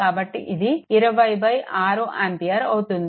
కాబట్టి ఇది 20 6 ఆంపియర్ అవుతుంది